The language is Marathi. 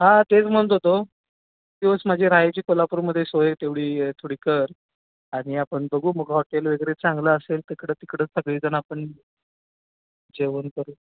हा तेच म्हणत होतो दिवस माझी राहायची कोल्हापूरमध्ये सोय तेवढी थोडी कर आणि आपण बघू मग हॉटेल वगैरे चांगलं असेल तर तिकडं तिकडं सगळेजण आपण जेवण करू